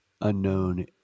unknown